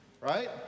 Right